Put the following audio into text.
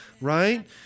right